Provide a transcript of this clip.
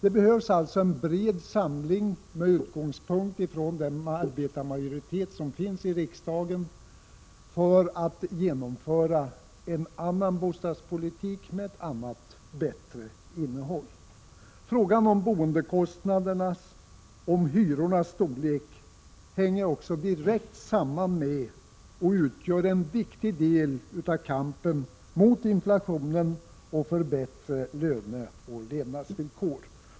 Det behövs alltså en bred samling med utgångspunkt i den arbetarmajoritet som finns i riksdagen för att genomföra en annan och bättre bostadspolitik. Frågan om boendekostnaderna och hyrornas storlek hänger också direkt samman med och utgör en viktig del av kampen mot inflationen och för en förbättring av lönerna och levnadsvillkoren.